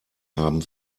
haben